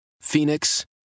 Phoenix